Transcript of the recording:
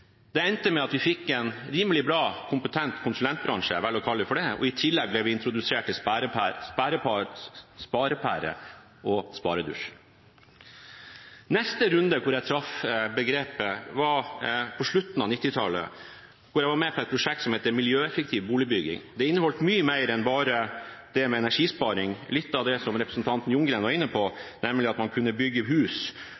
Det endte med at vi fikk en rimelig bra kompetent konsulentbransje – jeg velger å kalle det det – og i tillegg ble vi introdusert for sparepærer og sparedusj. Neste runde hvor jeg traff på begrepet, var på slutten av 1990-tallet, da jeg var med på et prosjekt om miljøeffektiv boligbygging. Det inneholdt mye mer enn bare det med energisparing – litt av det som representanten Ljunggren var inne på,